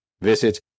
Visit